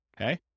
okay